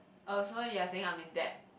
oh so you're saying I'm in debt